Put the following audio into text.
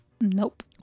Nope